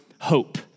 hope